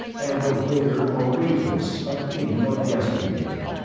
and the waiter or waitress a thing of yesteryear.